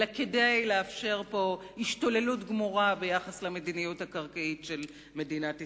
אלא כדי לאפשר פה השתוללות גמורה ביחס למדיניות הקרקעית של מדינת ישראל.